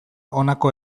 honako